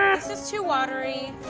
um this is too watery.